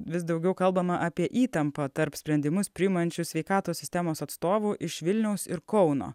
vis daugiau kalbama apie įtampą tarp sprendimus priimančių sveikatos sistemos atstovų iš vilniaus ir kauno